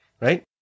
right